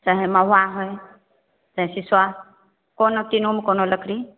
चाहे महुआ होए चाहे शीशो कोनो तीनोमे कोनो लकड़ी